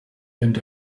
earned